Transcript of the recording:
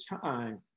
time